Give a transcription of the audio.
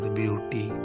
beauty